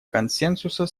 консенсуса